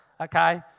okay